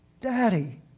Daddy